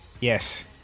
yes